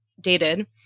dated